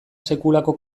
sekulako